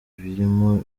birimo